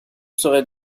serais